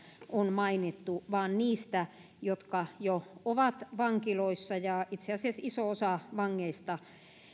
on mainittu vaan niistä jotka jo ovat vankiloissa itse asiassa iso osa vangeista